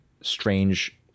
strange